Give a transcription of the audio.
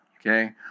Okay